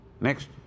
Next